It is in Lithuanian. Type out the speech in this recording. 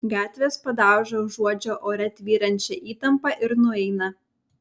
gatvės padauža užuodžia ore tvyrančią įtampą ir nueina